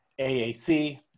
AAC